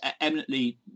eminently